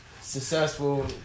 successful